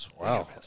Wow